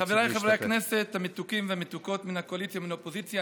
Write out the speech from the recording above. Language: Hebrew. חבריי חברי הכנסת המתוקים והמתוקות מן הקואליציה ומן האופוזיציה,